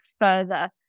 further